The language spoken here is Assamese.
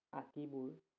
বোৰ